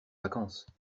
vacances